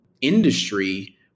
industry